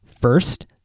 First